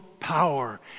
power